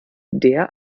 der